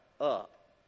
up